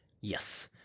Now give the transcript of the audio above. Yes